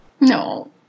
No